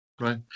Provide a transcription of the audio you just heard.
Right